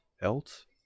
else